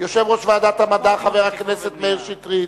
יושב-ראש ועדת המדע חבר הכנסת מאיר שטרית,